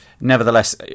nevertheless